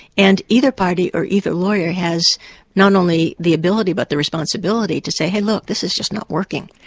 and either party or either lawyer has not only the ability, but the responsibility to say, hey, look, this is just not working.